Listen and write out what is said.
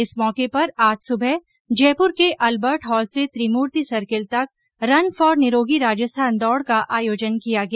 इस मौके पर आज सुबह जयपूर के अल्बर्ट हॉल से त्रिमूर्ति सर्किल तक रन फोर निरोगी राजस्थान दौड का आयोजन किया गया